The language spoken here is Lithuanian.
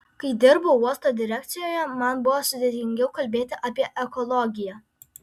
kai dirbau uosto direkcijoje man buvo sudėtingiau kalbėti apie ekologiją